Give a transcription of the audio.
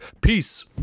peace